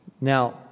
Now